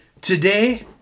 today